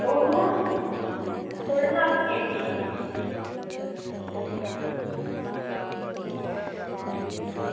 ओह् ना थोह्ड़ी लक्क पीड़ ही